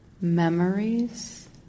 memories